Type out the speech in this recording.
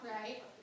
Right